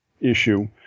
issue